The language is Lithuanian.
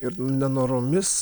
ir nenoromis